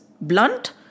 blunt